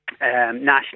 national